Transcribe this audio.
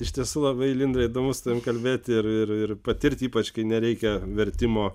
iš tiesų labai lindre įdomu su tavim kalbėti ir ir ir patirt ypač kai nereikia vertimo